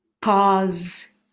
pause